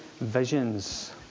visions